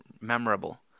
memorable